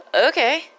Okay